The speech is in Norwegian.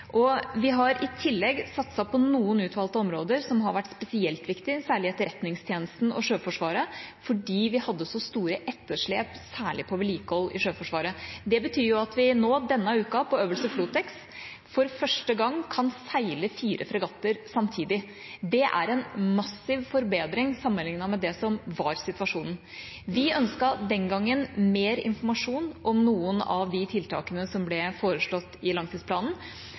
Vi har i tillegg satset på noen utvalgte områder som har vært spesielt viktige, særlig Etterretningstjenesten og Sjøforsvaret, fordi vi hadde så store etterslep, særlig på vedlikehold i Sjøforsvaret. Det betyr at vi nå, denne uka, på øvelse Flotex for første gang kan seile fire fregatter samtidig. Det er en massiv forbedring sammenlignet med det som var situasjonen. Vi ønsket den gangen mer informasjon om noen av de tiltakene som ble foreslått i langtidsplanen,